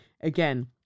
Again